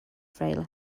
frail